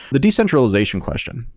the decentralization question.